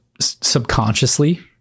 subconsciously